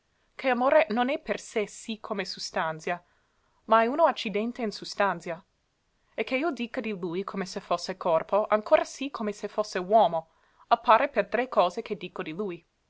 ché amore non è per sé sì come sustanzia ma è uno accidente in sustanzia e che io dica di lui come se fosse corpo ancora sì come se fosse uomo appare per tre cose che dico di lui